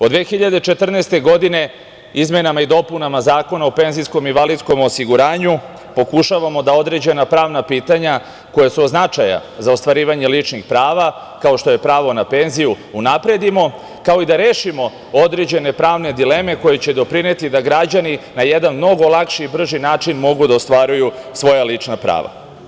Od 2014. godine izmenama i dopunama Zakona o penzijskom i invalidskom osiguranju pokušavamo da određena pravna pitanja koja su od značaja za ostvarivanje ličnih prava, kao što je pravo na penziju, unapredimo, kao i da rešimo određene pravne dileme koje će doprineti da građani na jedan mnogo lakši i brži način mogu da ostvaruju svoja lična prava.